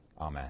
Amen